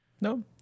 No